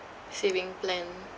saving plan